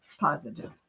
positive